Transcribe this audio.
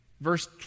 verse